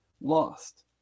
Lost